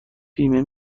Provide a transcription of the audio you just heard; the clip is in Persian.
بیمه